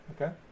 Okay